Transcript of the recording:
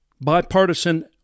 Bipartisan